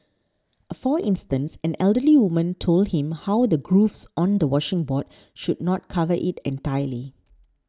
for instance an elderly woman told him how the grooves on a washing board should not cover it entirely